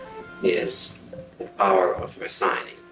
is our resigning.